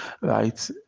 right